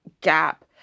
gap